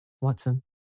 Watson